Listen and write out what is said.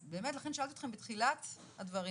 לכן באמת שאלתי אתכם בתחילת הדברים,